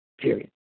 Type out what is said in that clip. period